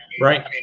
Right